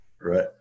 Right